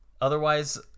otherwise